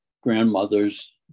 grandmother's